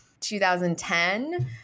2010